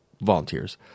volunteers